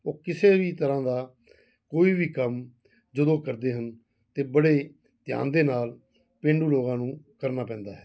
ਉਹ ਕਿਸੇ ਵੀ ਤਰ੍ਹਾਂ ਦਾ ਕੋਈ ਵੀ ਕੰਮ ਜਦੋਂ ਕਰਦੇ ਹਨ ਤਾਂ ਬੜੇ ਧਿਆਨ ਦੇ ਨਾਲ ਪੇਂਡੂ ਲੋਕਾਂ ਨੂੰ ਕਰਨਾ ਪੈਂਦਾ ਹੈ